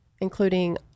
including